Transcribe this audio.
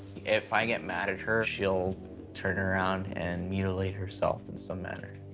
if i get mad at her, she'll turn around and mutilate herself in some manner.